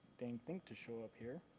dang thing to show up here.